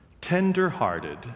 tender-hearted